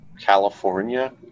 California